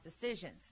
decisions